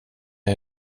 att